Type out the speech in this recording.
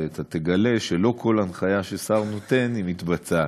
ותגלה שלא כל הנחיה ששר נותן מתבצעת,